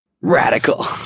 Radical